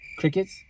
crickets